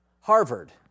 Harvard